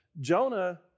Jonah